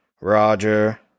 Roger